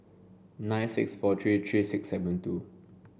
nine six four three three six seven two